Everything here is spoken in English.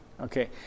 Okay